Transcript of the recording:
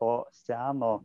o seno